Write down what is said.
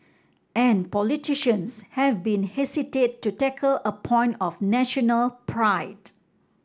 and politicians have been hesitant to tackle a point of national pride